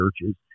churches